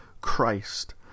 Christ